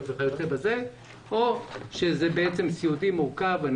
וכיוצא בזה או שמדובר בחולה סיעודי מורכב,